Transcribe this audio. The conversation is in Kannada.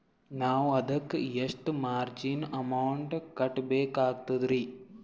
ನಾವು ಅದಕ್ಕ ಎಷ್ಟ ಮಾರ್ಜಿನ ಅಮೌಂಟ್ ಕಟ್ಟಬಕಾಗ್ತದ್ರಿ?